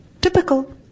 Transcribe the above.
Typical